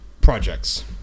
projects